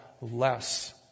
less